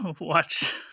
watch